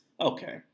Okay